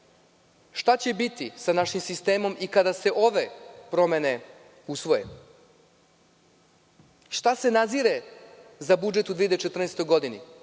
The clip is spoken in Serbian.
šta će biti sa našim sistemom i kada se ove promene usvoje? Šta se nazire za budžet u 2014. godini?